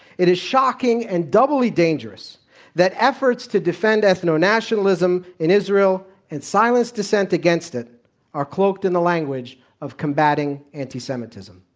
it is shocking and doubly dangerous that efforts to defend ethno-nationalism in israel and silence dissent against it are cloaked in the language of combating anti-semitism.